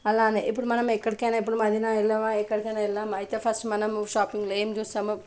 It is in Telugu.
అలానే ఇప్పుడు మనం ఎక్కడికి అయినా ఇప్పుడు మదీనా వెళ్ళామా ఎక్కడికి అయినా వెళ్ళాము అయితే ఫస్ట్ మనం షాపింగ్లో ఏం చూస్తాము